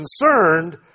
concerned